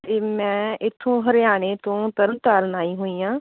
ਇਹ ਮੈਂ ਇੱਥੋਂ ਹਰਿਆਣੇ ਤੋਂ ਤਰਨ ਤਾਰਨ ਆਈ ਹੋਈ ਹਾਂ